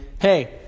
Hey